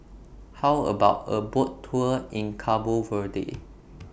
How about A Boat Tour in Cabo Verde